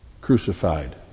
crucified